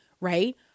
Right